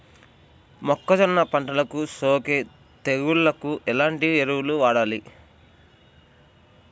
మొక్కజొన్న పంటలకు సోకే తెగుళ్లకు ఎలాంటి ఎరువులు వాడాలి?